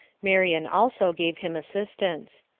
marion also gave him assistance.